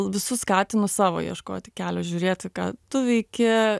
visus skatinu savo ieškoti kelio žiūrėti ką tu veiki